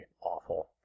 awful